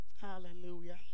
Hallelujah